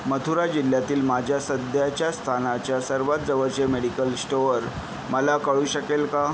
मथुरा जिल्ह्यातील माझ्या सध्याच्या स्थानाच्या सर्वात जवळचे मेडिकल स्टोअर मला कळू शकेल का